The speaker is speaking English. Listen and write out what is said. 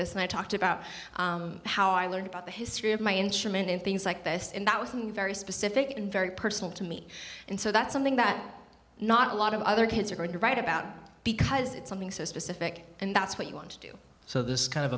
this and i talked about how i learned about the history of my instrument in things like this and that was very specific and very personal to me and so that's something that not a lot of other kids are going to write about because it's something so specific and that's what you want to do so this kind of